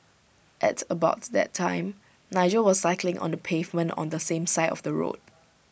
at about that time Nigel was cycling on the pavement on the same side of the road